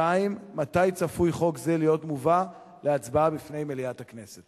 2. מתי צפוי חוק זה להיות מובא להצבעה בפני מליאת הכנסת?